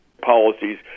policies